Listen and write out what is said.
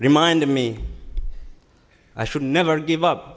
reminding me i should never give up